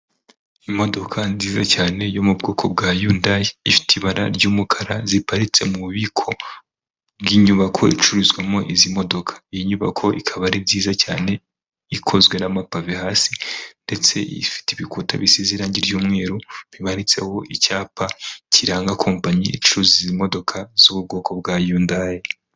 Imodoka nziza cyane yo mu bwoko bwa yundayi ifite ibara ry'umukara ziparitse mu bubiko bw'inyubako icururizwamo izi modoka, iyi nyubako ikaba ari nziza cyane ikozwe n'amapave hasi ndetse ifite ibikuta bisi irangi ry'umweru, bibaritseho icyapa kiranga kompanyi icuruza imodoka z'ubwoko bwa yundayi.